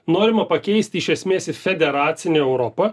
norima pakeisti iš esmės į federacinę europą